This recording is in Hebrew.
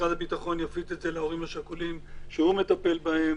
משרד הביטחון יפיץ את זה להורים השכולים שהוא מטפל בהם.